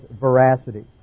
veracity